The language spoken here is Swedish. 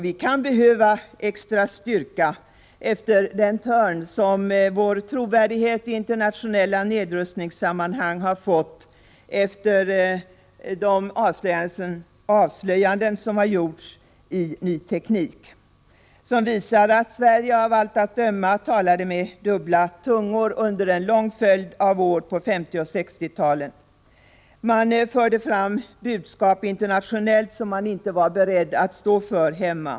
Vi kan behöva extra styrka efter den törn som vår trovärdighet i internationella nedrustningssammanhang har fått efter avslöjandena i Ny Teknik, vilka visar att Sverige av allt att döma talade med dubbla tungor under en lång följd av år på 1950 och 1960-talen. Man förde fram budskap internationellt som man inte var beredd att stå för hemma.